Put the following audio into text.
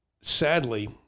sadly